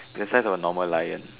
its the size of a normal lion